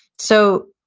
so,